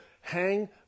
hang